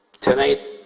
tonight